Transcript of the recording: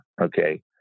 okay